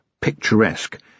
picturesque